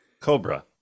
Cobra